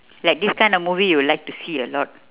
like this kind of movie you would like to see a lot